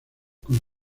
con